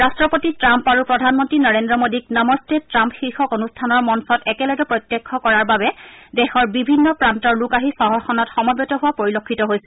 ৰট্টপতি ট্ৰাম্প আৰু প্ৰধানমন্ত্ৰী নৰেন্দ্ৰ মোডীক নমস্তে ট্ৰাম্প শীৰ্ষক অনুষ্ঠানৰ মঞ্চত একেলগে প্ৰত্যক্ষ কৰাৰ বাবে দেশৰ বিভিন্ন প্ৰান্তৰ লোক আহি চহৰখনত সমৰেত হোৱা পৰিলক্ষিত হৈছে